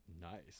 Nice